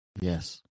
Yes